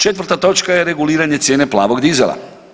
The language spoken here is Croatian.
Četvrta točka je reguliranje cijene plavog dizela.